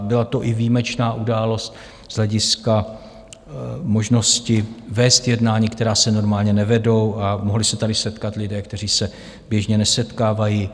Byla to i výjimečná událost z hlediska možnosti vést jednání, která se normálně nevedou, a mohli se tady setkat lidé, kteří se běžně nesetkávají.